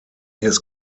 his